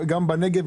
גם בנגב,